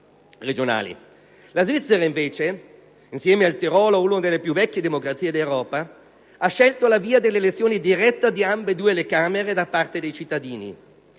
La Svizzera, invece (insieme al Tirolo una delle più vecchie democrazie d'Europa), ha scelto la via dell'elezione diretta di ambedue le Camere da parte dei cittadini.